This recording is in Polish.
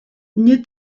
nie